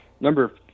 number